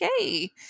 okay